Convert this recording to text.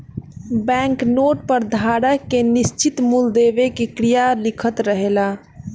bank note पर धारक के निश्चित मूल देवे के क्रिया लिखल रहेला